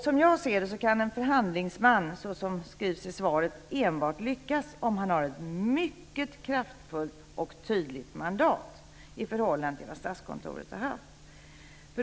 Som jag ser det kan en förhandlingsman, såsom skrivs i svaret, enbart lyckas om han har ett mycket kraftfullt och tydligt mandat i förhållande till vad Statskontoret har haft.